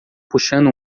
puxando